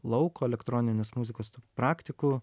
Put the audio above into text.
lauko elektroninės muzikos tų praktikų